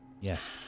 Yes